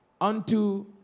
unto